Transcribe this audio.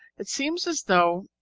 it seems as though,